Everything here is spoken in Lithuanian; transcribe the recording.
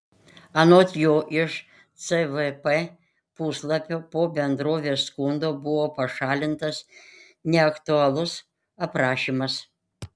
anot jo iš cvp puslapio po bendrovės skundo buvo pašalintas neaktualus aprašymas